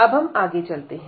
अब हम आगे चलते हैं